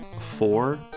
four